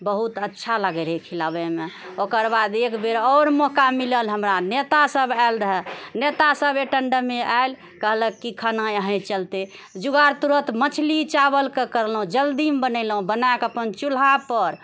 बहुत अच्छा लागैत रहै खिलाबयमे ओकर बाद एक बेर आओर मौका मिलल हमरा नेतासभ आयल रहय नेतासभ ऐट एंड मे आयल कहलक कि खाना यही चलते जुगाड़ तुरत मछली चावलके करलहुँ जल्दीमे बनेलहुँ बनाकऽ अपन चूल्हा पर